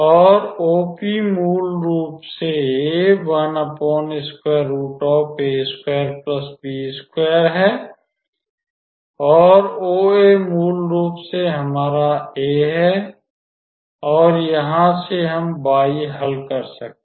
और OP मूल रूप से है और OA मूल रूप से हमारा a है और यहां से हम y हल कर सकते हैं